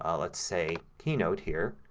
ah let's say, keynote here,